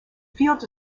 field